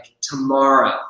tomorrow